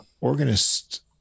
organist